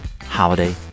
holiday